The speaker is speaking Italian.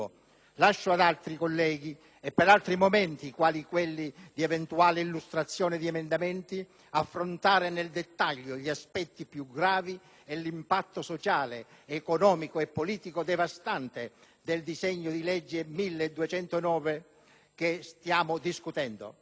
Lascio ad altri colleghi, e per altri momenti quali quelli di eventuale illustrazione di emendamenti, affrontare nel dettaglio gli aspetti più gravi e l'impatto sociale, economico e politico devastante del disegno di legge n. 1209 che stiamo discutendo.